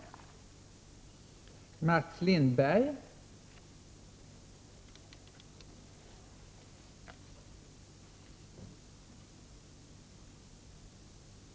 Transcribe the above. EN It borrkärnearkiv inom SGU